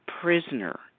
prisoner